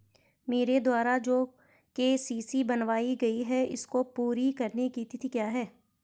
मेरे द्वारा जो के.सी.सी बनवायी गयी है इसको पूरी करने की तिथि क्या है?